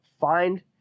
find